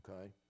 Okay